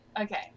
Okay